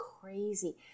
crazy